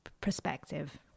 perspective